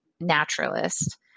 naturalist